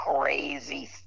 crazy